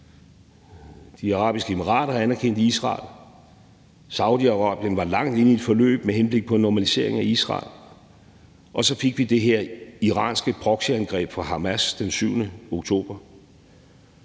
Arabiske Emirater har anerkendt Israel. Saudi-Arabien var langt inde i et forløb med henblik på en normalisering af forholdet til Israel. Og så fik vi det her iranske proxyangreb fra Hamas den 7. oktober.